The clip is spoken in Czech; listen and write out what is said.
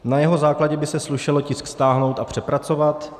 Na jeho základě by se slušelo tisk stáhnout a přepracovat.